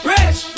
Rich